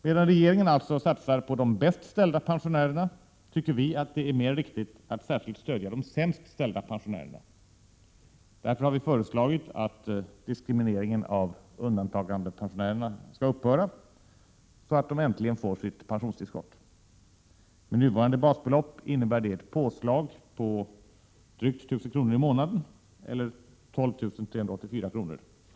Medan regeringen alltså satsar mest på de bäst ställda pensionärerna, tycker vi att det är riktigare att särskilt stödja de sämst ställda pensionärerna. Därför har vi föreslagit att diskrimineringen av undantagande pensionärerna skall upphöra och att de äntligen skall få sina pensionstillskott. Med nuvarande basbelopp innebär det ett påslag med drygt 1 000 kr. i månaden, eller med 12 384 kr. per år.